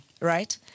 Right